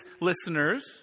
listeners